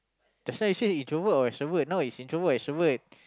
just now you say you're introvert or extrovert now it's introvert extrovert